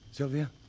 Sylvia